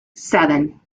seven